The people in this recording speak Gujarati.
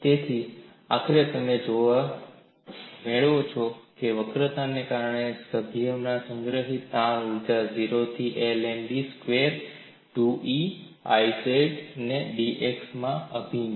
તેથી આખરે તમે જે મેળવો છો તે છે વક્રતાને કારણે સભ્યમાં સંગ્રહિત તાણ ઊર્જા 0 થી L Mb square 2E Iz ને dx માં અભિન્ન છે